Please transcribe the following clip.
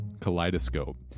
kaleidoscope